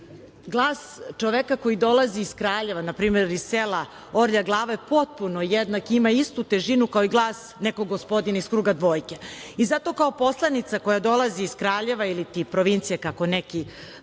glas čoveka koji dolazi iz Kraljeva, na primer iz sela Orlja Glava, je potpuno jednak, ima istu težinu kao i glas nekog gospodina iz kruga dvojke. Zato kao poslanica koja dolazi iz Kraljeva iliti provincije, kako neki